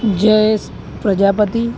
Jayesh Prajapati